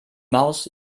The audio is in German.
maus